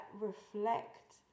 reflect